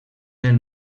del